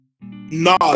No